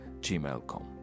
gmail.com